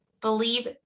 believe